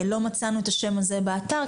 לא מצאנו את השם הזה באתר,